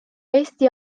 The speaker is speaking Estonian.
eesti